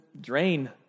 drain